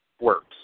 works